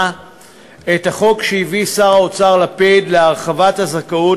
את החוק שהביא שר האוצר לפיד להרחבת הזכאות